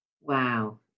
Wow